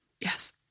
Yes